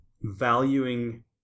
valuing